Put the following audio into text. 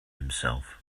himself